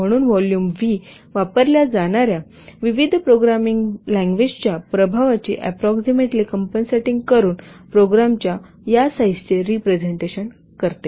म्हणून volume V वापरल्या जाणार्या विविध प्रोग्रामिंग भाषांच्या प्रभावाची अप्रॉक्सिमेटली कंपनसेटिंग करुन प्रोग्रामच्या या साईजचे रिपरसेंटेशन करते